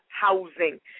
housing